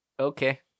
Okay